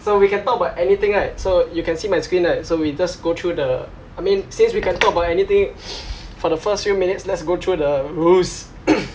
so we can talk about anything right so you can see my screen right so we just go through the I mean since we can talk about anything for the first few minutes let's go through the rules